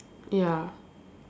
ya